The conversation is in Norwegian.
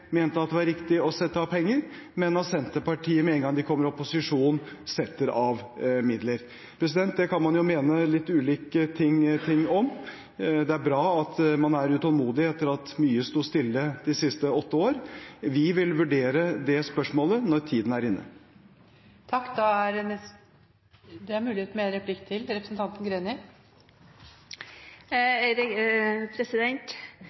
mente det var riktig å sette av penger, men hvor da Senterpartiet setter av midler med en gang de kommer i opposisjon. Det kan man jo mene litt ulike ting om. Det er bra at man er utålmodig – etter at mye har stått stille de siste åtte år. Vi vil vurdere det spørsmålet når tiden er inne. Jeg registrerer at dere mener at i denne saken skulle vi ha satt i gang med